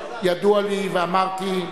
ידוע לי ואמרתי,